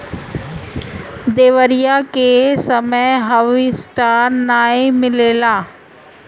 दँवरी के समय हार्वेस्टर नाइ मिलेला